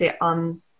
on